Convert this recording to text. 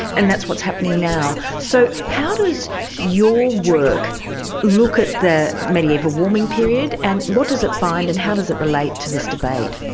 and that's what's happening now. so how does your work look at the mediaeval warming period, and what does it find and how does it relate to this debate?